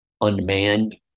unmanned